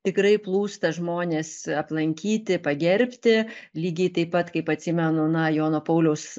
tikrai plūsta žmonės aplankyti pagerbti lygiai taip pat kaip atsimenu na jono pauliaus